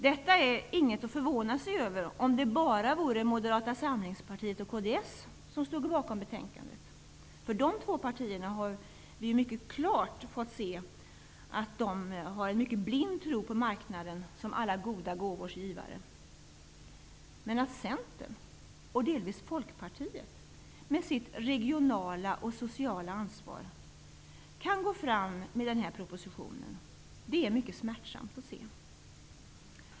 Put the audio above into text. Detta vore inget att förvåna sig över om det bara var Moderata samlingspartiet och kds som stod bakom betänkandet. Vi har mycket klart fått se att de två partierna har en blind tro på marknaden som alla goda gåvors givare. Men att Centern och delvis Folkpartiet med sitt regionala och sociala ansvar kan gå fram med den här propositionen är mycket smärtsamt att se.